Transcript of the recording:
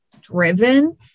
driven